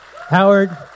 Howard